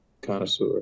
connoisseur